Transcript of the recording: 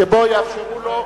ויאפשרו לו.